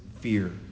fear